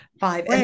Five